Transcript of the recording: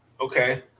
Okay